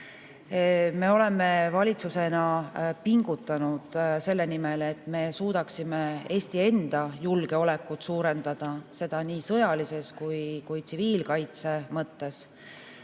Me oleme valitsusena pingutanud selle nimel, et me suudaksime Eesti enda julgeolekut suurendada, seda nii sõjalises kui ka tsiviilkaitse mõttes.